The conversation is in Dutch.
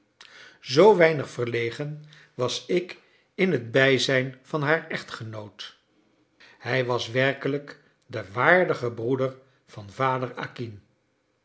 zoo weinig verlegen was ik in het bijzijn van haar echtgenoot hij was werkelijk de waardige broeder van vader